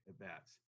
at-bats